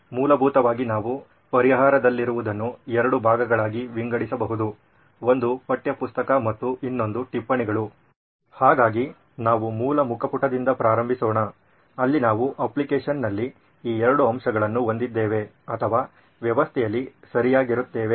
ಮೂಲಭೂತವಾಗಿ ನಾವು ಪರಿಹಾರದಲ್ಲಿರುವುದನ್ನು ಎರಡು ಭಾಗಗಳಾಗಿ ವಿಂಗಡಿಸಬಹುದು ಒಂದು ಪಠ್ಯಪುಸ್ತಕ ಮತ್ತು ಇನ್ನೊಂದು ಟಿಪ್ಪಣಿಗಳು ಹಾಗಾಗಿ ನಾವು ಮೂಲ ಮುಖಪುಟದಿಂದ ಪ್ರಾರಂಭಿಸೋಣ ಅಲ್ಲಿ ನಾವು ಅಪ್ಲಿಕೇಶನ್ನಲ್ಲಿ ಈ 2 ಅಂಶಗಳನ್ನು ಹೊಂದಿದ್ದೇವೆ ಅಥವಾ ವ್ಯವಸ್ಥೆಯಲ್ಲಿ ಸರಿಯಾಗಿರುತ್ತೇವೆ